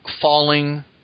falling